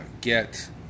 get